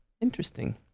Interesting